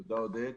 תודה עודד.